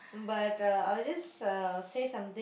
but uh I will just uh say something